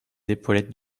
épaulettes